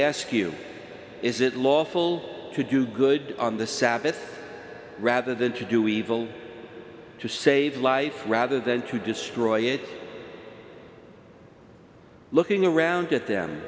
ask you is it lawful to do good on the sabbath rather than to do evil to save life rather than to destroy it looking around at them